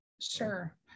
sure